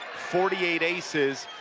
forty eight aces,